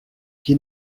qui